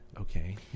Okay